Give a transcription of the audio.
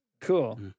Cool